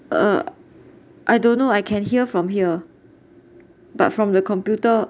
uh I don't know I can hear from here but from the computer